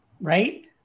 right